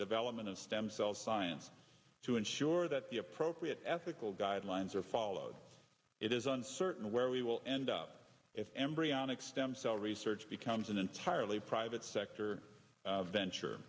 development of stem cell science to ensure that the appropriate ethical guidelines are followed it is uncertain where we will end up if embryonic stem cell research becomes an entirely private sector venture